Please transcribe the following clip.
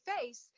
face